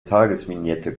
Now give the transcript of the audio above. tagesvignette